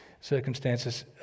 circumstances